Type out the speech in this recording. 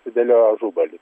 sudėliojo ažubalis